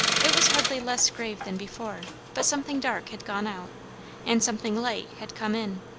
it was hardly less grave than before, but something dark had gone out and something light had come in.